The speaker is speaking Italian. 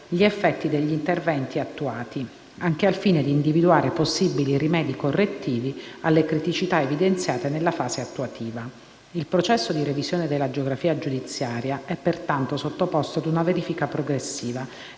gli effetti degli interventi attuati, anche al fine di individuare possibili rimedi correttivi alle criticità evidenziate nella fase attuativa. Il processo di revisione della geografia giudiziaria è pertanto sottoposto a una verifica progressiva